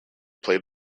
played